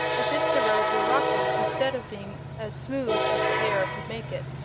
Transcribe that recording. as if the road were rocky instead of being as smooth as the air could make it.